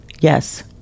Yes